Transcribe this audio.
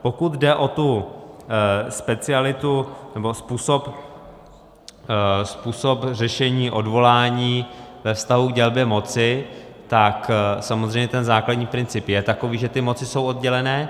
Pokud jde o tu specialitu, nebo způsob řešení odvolání ve vztahu k dělbě moci, tak samozřejmě ten základní princip je takový, že ty moci jsou oddělené.